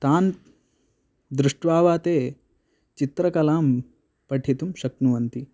तान् दृष्ट्वा वा ते चित्रकलां पठितुं शक्नुवन्ति